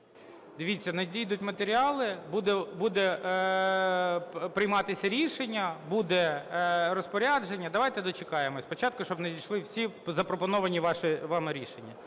Дивіться, надійдуть матеріали – буде прийматися рішення, буде розпорядження. Давайте дочекаємося спочатку, щоб надійшли всі запропоновані вами рішення.